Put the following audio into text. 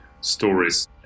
stories